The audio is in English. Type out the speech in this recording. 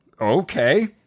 Okay